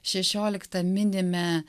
šešioliktą minime